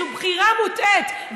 זו בחירה מוטעית,